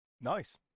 Nice